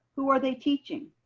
who are they teaching?